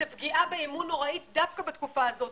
זו פגיעה באמון נוראית דווקא בתקופה הזאת,